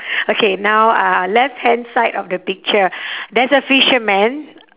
okay now uh left hand side of the picture there's a fisherman